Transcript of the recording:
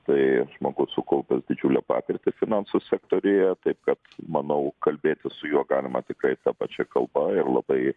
tai žmogus sukaupęs didžiulę patirtį finansų sektoriuje taip kad manau kalbėtis su juo galima tikrai ta pačia kalba labai